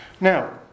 now